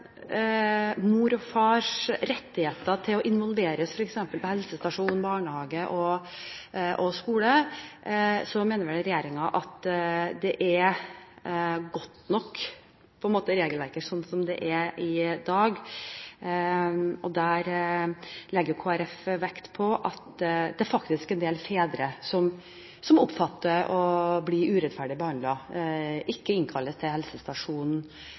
og fars rettigheter med tanke på å involveres f.eks. på helsestasjonen, i barnehagen og i skolen, mener vel regjeringen at regelverket er godt nok sånn som det er i dag. Her legger Kristelig Folkeparti vekt på at det faktisk er en del fedre som oppfatter det slik at de blir urettferdig behandlet, at de ikke innkalles til helsestasjonen,